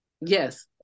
Yes